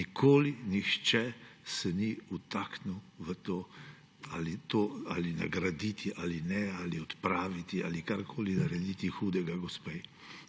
nikoli nihče se ni vtaknil v to, ali nagraditi ali ne, ali odpraviti ali karkoli narediti hudega gospe.